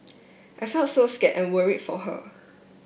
I felt so scared and worried for her